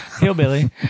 hillbilly